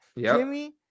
Jimmy